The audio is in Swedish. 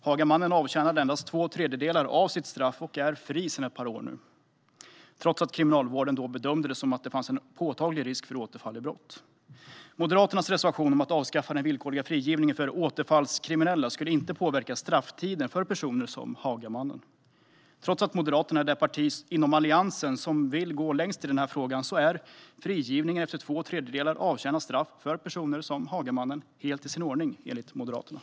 Hagamannen avtjänade endast två tredjedelar av sitt straff och är nu fri sedan ett par år, trots att Kriminalvården bedömde att det fanns en påtaglig risk för återfall i brott. Moderaternas reservation om att avskaffa den villkorliga frigivningen för återfallskriminella skulle inte påverka strafftiden för personer som Hagamannen. Trots att Moderaterna är det parti inom Alliansen som vill gå längst i den här frågan är frigivning efter två tredjedelar avtjänat straff för personer som Hagamannen helt i sin ordning, enligt Moderaterna.